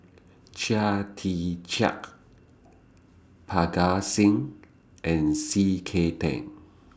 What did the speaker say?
Chia Tee Chiak Parga Singh and C K Tang